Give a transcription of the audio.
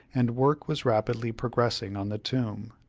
and work was rapidly progressing on the tomb,